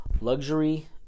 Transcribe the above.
Luxury